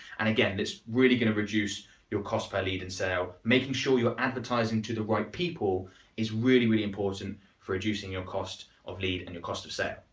and again it's really going to reduce your cost per lead and sale. making sure you're advertising to the right people is really really important for reducing your cost of lead and cost of sale.